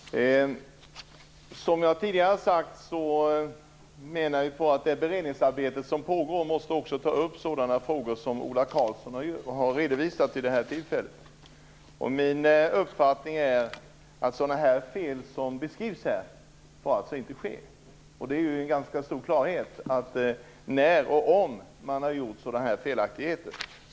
Fru talman! Som jag tidigare har sagt menar jag att man i det beredningsarbete som pågår också måste ta upp sådana frågor som Ola Karlsson här har redovisat. Min uppfattning är att sådana fel som här beskrivs inte får göras.